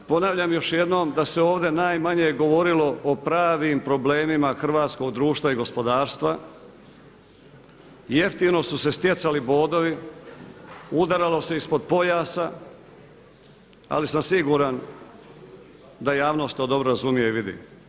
Ponavljam još jednom da se ovdje najmanje govorilo o pravim problemima hrvatskog društva i gospodarstva, jeftino su se stjecali bodovi, udaralo se ispod pojasa ali sam siguran da javnost to dobro razumije i vidi.